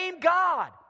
God